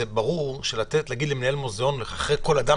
ברור שלהגיד למנהל מוזאון לחטא אחרי כל אדם